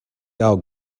i’ll